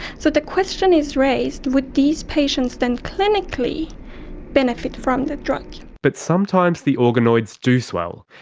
so the question is raised would these patients then clinically benefit from the drug. but sometimes the organoids do swell,